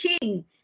king